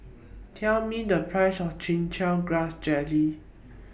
Tell Me The priceS of Chin Chow Grass Jelly